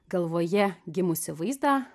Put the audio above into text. galvoje gimusį vaizdą